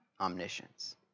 omniscience